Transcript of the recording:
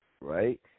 right